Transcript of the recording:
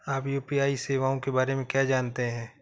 आप यू.पी.आई सेवाओं के बारे में क्या जानते हैं?